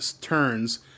turns